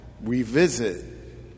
revisit